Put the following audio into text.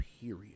period